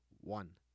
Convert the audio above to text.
One